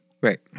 Right